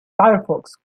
firefox